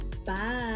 Bye